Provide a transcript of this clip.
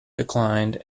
declined